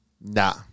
Nah